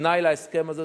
תנאי להסכם הזה,